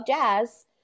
jazz